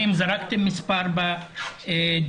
האם זרקתם מספר בדיונים?